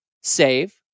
save